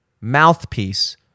mouthpiece